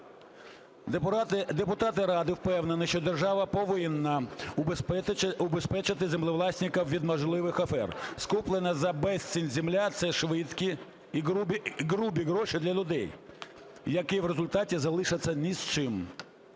Депутати ради впевнені, що держава повинна убезпечити землевласника від можливих афер. Скуплена за безцінь земля – це швидкі і грубі гроші для людей, які в результаті залишаться ні з чим.